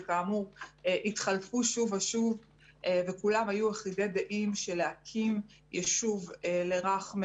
שכאמור התחלפו שוב ושוב וכולם היו אחידי דעים שלהקים יישוב לרח'מה,